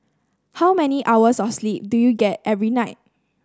how many hours of sleep do you get every night